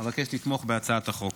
אבקש לתמוך בהצעת החוק.